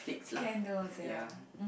candles ya